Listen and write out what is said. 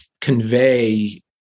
convey